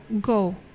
go